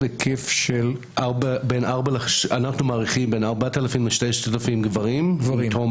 היקף --- אנחנו מעריבים בין 4,000 ל-3,000 גברים בתום